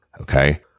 okay